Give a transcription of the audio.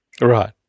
Right